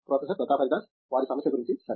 professor Pratap Haridas వారి సమస్య గురించి సరే